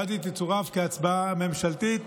ואז היא תצורף להצעה ממשלתית.